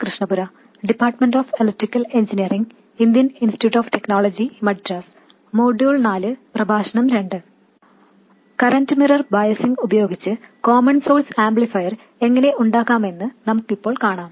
current mirror biasing ഉപയോഗിച്ച് common source amplifier എങ്ങനെ ഉണ്ടാക്കാമെന്ന് നമുക്ക് ഇപ്പോൾ കാണാം